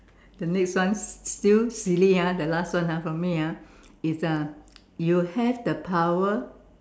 the next one still silly ah the last one ah for me ah is uh you have the power